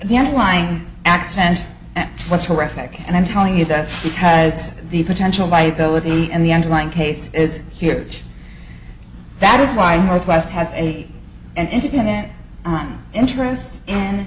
the underlying accent was horrific and i'm telling you that because the potential liability and the underlying case is huge that is why northwest has a and internet on interest in